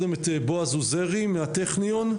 בועז עוזרי מהטכניון.